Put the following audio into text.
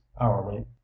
hourly